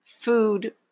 food